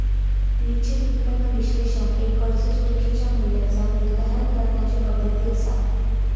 निश्चित उत्पन्न विश्लेषण एक कर्ज सुरक्षेच्या मूल्याचा निर्धारण करण्याची पद्धती असा